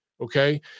okay